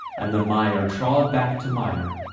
and the mire trod back to mire,